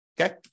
Okay